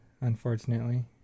unfortunately